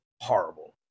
horrible